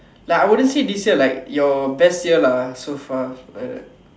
like I wouldn't say this year like your best year lah so far like that